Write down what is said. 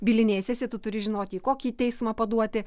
bylinėsiesi tu turi žinoti į kokį teismą paduoti